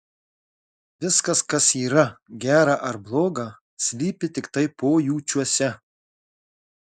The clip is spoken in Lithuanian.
viskas kas yra gera ar bloga slypi tiktai pojūčiuose